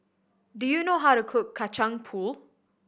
do you know how to cook Kacang Pool